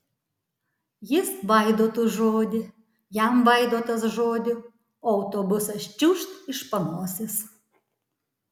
jis vaidotui žodį jam vaidotas žodį o autobusas čiūžt iš panosės